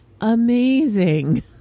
amazing